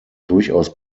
durchaus